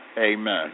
Amen